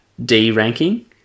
D-ranking